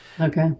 Okay